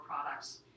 products